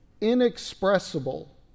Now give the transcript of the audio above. inexpressible